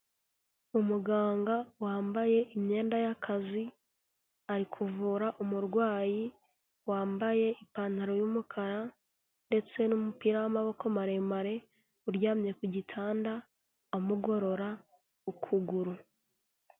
Umuganga wambaye imyenda y'akazi, ari kuvura umurwayi wambaye ipantaro y'umukara ndetse n'umupira w'amaboko maremare uryamye ku gitanda, amugorora ukuguru.